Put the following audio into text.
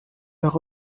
leurs